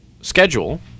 schedule